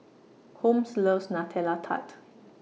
Holmes loves Nutella Tart